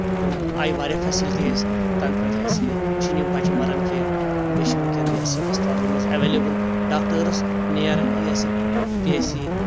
آیہِ واریاہ فیسلٹی اَسہِ تَنہٕ پٮ۪ٹھ یہِ ہسا یہِ چھِنہٕ یِم بَچہٕ مَران کیٚنٛہہ بیٚیہِ چھُ ؤنٛکیٚن یہِ ہسا یہِ ہٮسپتالَن منٛز ایٚولیبٕل ڈاکٹرٕس یہِ ہسا یہِ نِیر پی ایٚچ سی